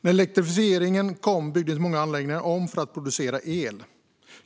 Med elektrifieringen byggdes många anläggningar om för att producera el.